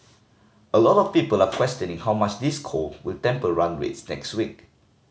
a lot of people are questioning how much this cold will temper run rates next week